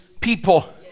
people